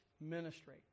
ministry